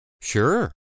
Sure